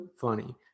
funny